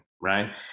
right